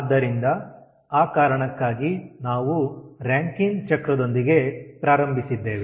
ಆದ್ದರಿಂದ ಆ ಕಾರಣಕ್ಕಾಗಿ ನಾವು ರಾಂಕಿನ್ ಚಕ್ರದೊಂದಿಗೆ ಪ್ರಾರಂಭಿಸಿದ್ದೇವೆ